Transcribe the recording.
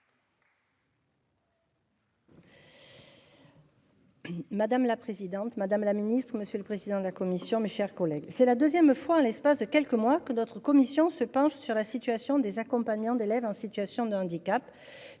Madame la présidente Madame la Ministre, Monsieur le président de la commission. Mes chers collègues. C'est la 2ème fois en l'espace de quelques mois que notre commission se penche sur la situation des accompagnants d'élèves en situation de handicap